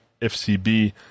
FCB